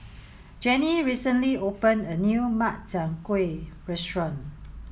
Jenni recently open a new Makchang Gui restaurant